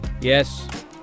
yes